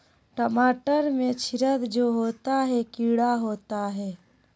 टमाटर में छिद्र जो होता है किडा होता है?